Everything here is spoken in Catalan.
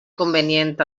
convenient